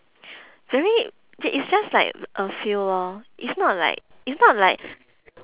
very it is just like a feel lor it's not like it's not like